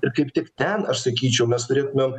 ir kaip tik ten aš sakyčiau mes turėtumėm